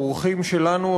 האורחים שלנו,